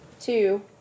two